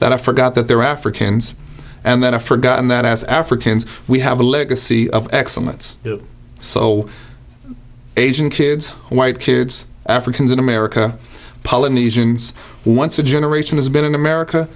that forgot that they're africans and then a forgotten that as africans we have a legacy of excellence so asian kids white kids africans in america polynesians once a generation has been in america